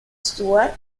stewart